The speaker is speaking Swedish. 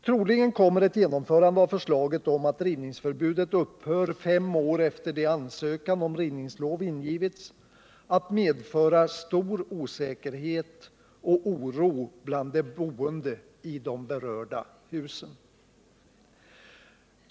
Troligen kommer ett genomförande av förslaget om att rivningsförbudet skall upphöra fem år efter det ansökan om rivningslov ingivits att medföra stor osäkerhet och oro bland de boende i de berörda husen.